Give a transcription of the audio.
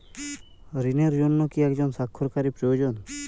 ঋণের জন্য কি একজন স্বাক্ষরকারী প্রয়োজন?